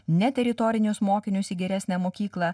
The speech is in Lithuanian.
ne teritorinius mokinius į geresnę mokyklą